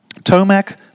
Tomac